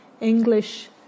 English